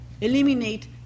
eliminate